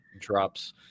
drops